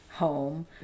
Home